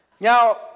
Now